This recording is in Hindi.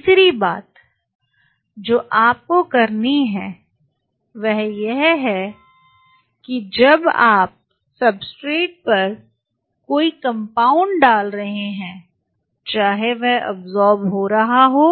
तीसरी बात जो आपको करनी है वह यह है कि जब आप सब्सट्रेट पर कोई कंपाउंड डाल रहे हैं चाहे वह अब्सॉर्ब हो रहा हो